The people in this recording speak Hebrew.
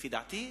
לפי דעתי,